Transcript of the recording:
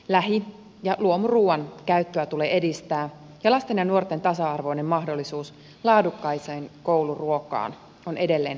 lähi ja luomuruuan käyttöä tulee edistää ja lasten ja nuorten tasa arvoinen mahdollisuus laadukkaaseen kouluruokaan on edelleen turvattava